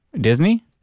Disney